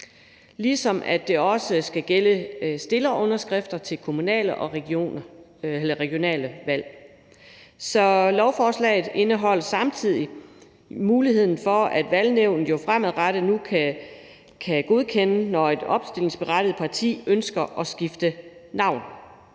ligesom det også skal gælde stillerunderskrifter til kommunale og regionale valg. Lovforslaget indeholder samtidig en bestemmelse om, at Valgnævnet fremadrettet nu skal godkende det, når et opstillingsberettiget parti ønsker at skifte navn.